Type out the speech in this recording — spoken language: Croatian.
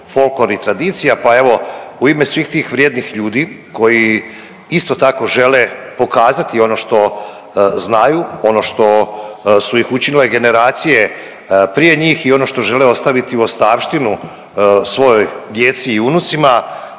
folklor i tradicija pa evo u ime svih tih vrijednih ljudi koji isto tako žele pokazati ono što znaju ono što su ih učile generacije prije njih i ono što žele ostaviti u ostavštinu svojoj djeci i unucima,